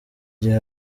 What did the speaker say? gihe